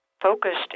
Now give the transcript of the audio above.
focused